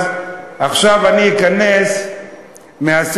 אז עכשיו אני אכנס מהספר,